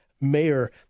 Mayor